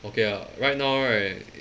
okay ah right now right